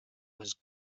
was